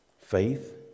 Faith